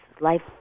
life